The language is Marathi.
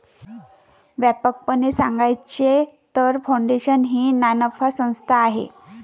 व्यापकपणे सांगायचे तर, फाउंडेशन ही नानफा संस्था आहे